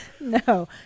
No